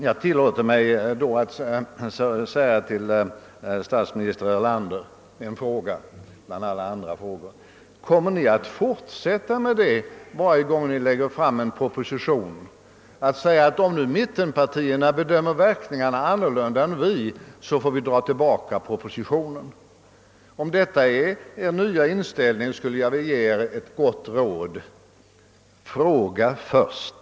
Jag tillåter mig att till statsminister Erlander ställa en fråga bland alla andra frågor i denna debatt: Kommer ni varje gång som ni lägger fram en proposition att fortsätta med att säga att ni måste dra tillbaka denna, om mittenpartierna bedömer verkningarna av den annorlunda än ni själva? Om detta är er nya inställning, skulle jag vilja ge er ett gott råd: fråga först!